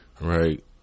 Right